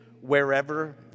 wherever